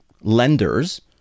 lenders